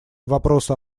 вопросу